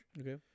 Okay